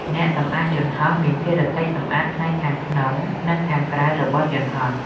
អ្នកសម្អាតយន្តហោះ មានភារកិច្ចសម្អាតផ្នែកខាងក្នុងនិងខាងក្រៅរបស់យន្តហោះ។